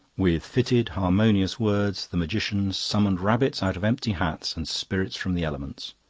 with fitted, harmonious words the magicians summoned rabbits out of empty hats and spirits from the elements.